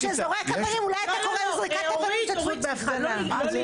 אולי אתה קורא לזריקת אבנים השתתפות בהפגנה.